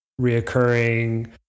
reoccurring